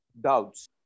doubts